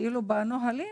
בנהלים,